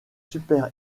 super